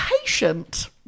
patient